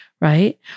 right